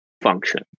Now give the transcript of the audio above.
function